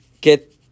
get